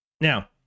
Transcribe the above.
now